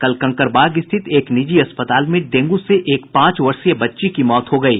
कल कंकडबाग स्थित एक निजी अस्पताल में डेंगू से एक पांच वर्षीय बच्ची की मौत हो गयी